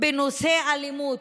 בנושא אלימות,